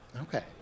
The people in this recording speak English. Okay